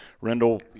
Rendell